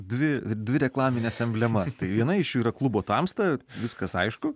dvi dvi reklamines emblemas tai viena iš jų yra klubo tamsta viskas aišku